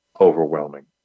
overwhelming